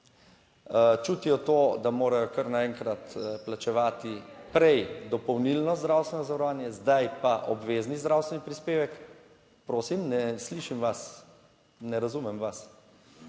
Čutijo to, da morajo kar naenkrat plačevati prej dopolnilno zdravstveno zavarovanje, zdaj pa obvezni zdravstveni prispevek. Prosim, ne slišim vas, ne razumem vas.